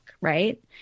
right